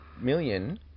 million